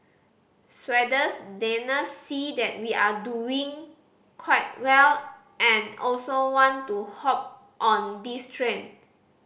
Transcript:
Swedes Danes see that we are doing quite well and also want to hop on this train